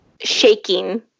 shaking